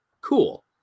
Cool